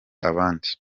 abandi